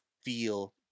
feel